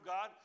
God